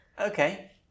Okay